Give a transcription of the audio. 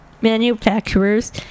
manufacturers